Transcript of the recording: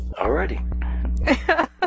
Alrighty